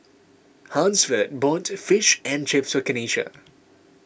Hansford bought Fish and Chips Kenisha